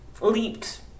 Leaped